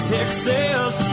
Texas